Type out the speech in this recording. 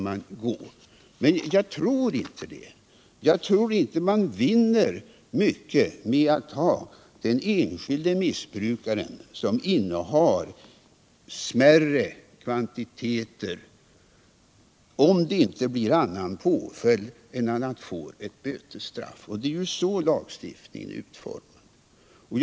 Men jag tror inte att vi vinner mycket med att ta den enskilde missbrukaren som innehar smärre kvantiteter, om det inte blir annan påföljd än att han får ett bötesstraff. Och det är så lagstiftningen är utformad.